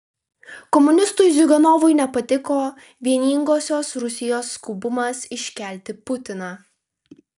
komunistui ziuganovui nepatiko vieningosios rusijos skubumas iškelti putiną